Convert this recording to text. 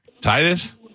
Titus